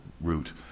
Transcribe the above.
route